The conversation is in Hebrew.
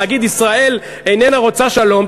במקום להגיד שישראל איננה רוצה שלום,